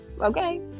okay